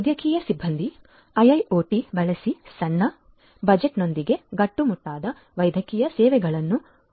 ವೈದ್ಯಕೀಯ ಸಿಬ್ಬಂದಿ IIoT ಬಳಸಿ ಸಣ್ಣ ಬಜೆಟ್ನೊಂದಿಗೆ ಗುಣಮಟ್ಟದ ವೈದ್ಯಕೀಯ ಸೇವೆಗಳನ್ನು ಒದಗಿಸಬಹುದು